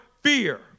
fear